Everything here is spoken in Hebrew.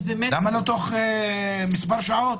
למה לא תוך כמה שעות?